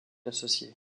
associée